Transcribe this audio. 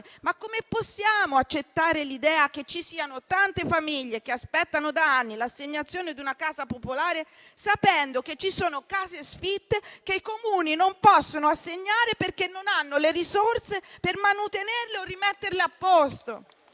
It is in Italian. come possiamo accettare l'idea che ci siano tante famiglie che aspettano da anni l'assegnazione di una casa popolare sapendo che ci sono case sfitte che i Comuni non possono assegnare perché non hanno le risorse per manutenerle o rimetterle a posto?